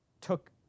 took